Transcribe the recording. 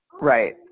Right